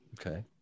Okay